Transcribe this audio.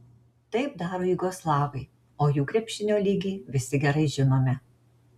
taip daro jugoslavai o jų krepšinio lygį visi gerai žinome